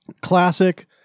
Classic